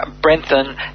Brenton